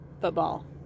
football